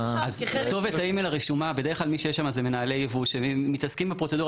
כתובת האי-מייל הרשומה היא בדרך כלל של מנהל הייבוא שמתעסקים בפרוצדורה